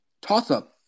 toss-up